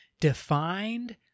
defined